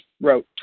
wrote